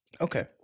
Okay